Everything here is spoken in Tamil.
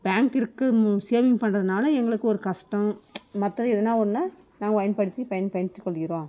பேங்க் இருக்குது சேவிங் பண்ணுறதனால எங்களுக்கு ஒரு கஷ்டம் மற்றது எதுனா ஒன்றுனா நாங்கள் பயன்படுத்தி பயன் பயன்படுத்துக்கொள்கிறோம்